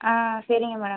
ஆ சரிங்க மேடம்